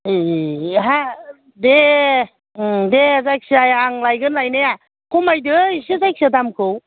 ऐ हा दे दे जायखिजाया आं लायगोन लायनाया खमायदो एसे जायखिजाया दामखौ